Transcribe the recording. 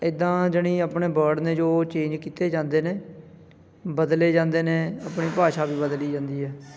ਇੱਦਾਂ ਜਾਣੀ ਆਪਣੇ ਬਰਡ ਨੇ ਜੋ ਚੇਂਜ ਕੀਤੇ ਜਾਂਦੇ ਨੇ ਬਦਲੇ ਜਾਂਦੇ ਨੇ ਆਪਣੀ ਭਾਸ਼ਾ ਵੀ ਬਦਲੀ ਜਾਂਦੀ ਹੈ